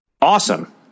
awesome